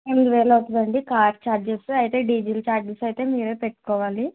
ఎనిమిది వేలు అవుతుందండి కార్ ఛార్జెస్ అయితే డీజిల్ ఛార్జెస్ అయితే మీరే పెట్టుకోవాలి